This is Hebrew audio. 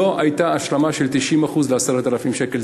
לא הייתה השלמה של 90% ל-10,000 שקל,